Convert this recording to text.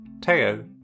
Teo